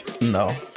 No